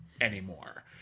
anymore